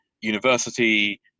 university